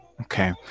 okay